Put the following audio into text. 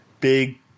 big